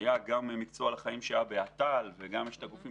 היה את "מקצוע לחיים" בט"ל ויש את הגופים